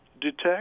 Detect